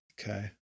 Okay